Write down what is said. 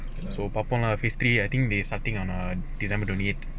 so phase three I think they starting on err december twenty eight